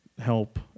help